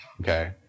Okay